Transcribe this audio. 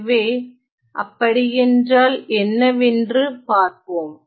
எனவே அப்படியென்றால் என்னவென்று பார்ப்போம்